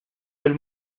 del